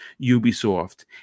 Ubisoft